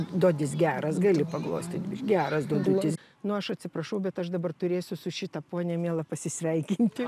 dodis geras gali paglostyt geras dodutis nu aš atsiprašau bet aš dabar turėsiu su šita ponia miela pasisveikinti